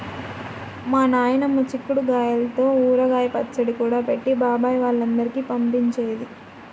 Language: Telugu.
మా నాయనమ్మ చిక్కుడు గాయల్తో ఊరగాయ పచ్చడి కూడా పెట్టి బాబాయ్ వాళ్ళందరికీ పంపించేది